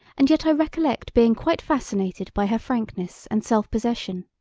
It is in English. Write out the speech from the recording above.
and yet i recollect being quite fascinated by her frankness and self-possession.